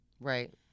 Right